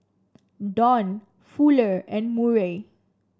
Don Fuller and Murray